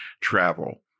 travel